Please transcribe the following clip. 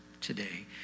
today